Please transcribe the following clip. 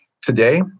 today